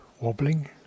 wobbling